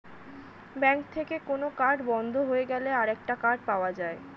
bank থেকে কোন card বন্ধ হয়ে গেলে আরেকটা কার্ড পাওয়া যায়